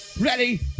ready